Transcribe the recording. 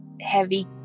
heavy